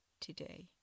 today